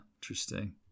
Interesting